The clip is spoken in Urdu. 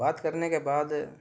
بات کرنے کے بعد